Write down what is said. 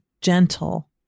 gentle